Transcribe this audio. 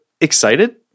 excited